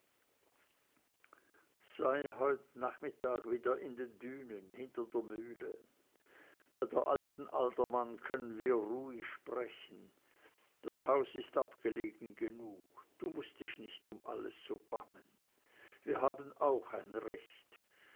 sei heute nachmittag wieder in den dünen hinter der mühle bei der alten adermann können wir uns ruhig sprechen das haus ist abgelegen genug du mußt dich nicht um alles so bangen wir haben auch ein recht